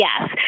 yes